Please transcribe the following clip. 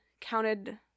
counted